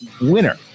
winner